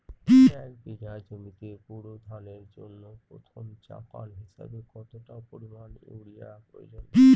এক বিঘা জমিতে বোরো ধানের জন্য প্রথম চাপান হিসাবে কতটা পরিমাণ ইউরিয়া প্রয়োজন?